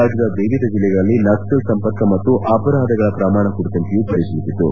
ರಾಜ್ಯದ ವಿವಿಧ ಜಿಲ್ಲೆಗಳಲ್ಲಿ ನಕ್ಸಲ್ ಸಂಪರ್ಕ ಮತ್ತು ಅಪರಾಧಗಳ ಪ್ರಮಾಣ ಕುರಿತಂತೆಯೂ ಪರಿಶೀಲಿಸಿತು